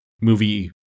movie